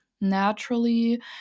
naturally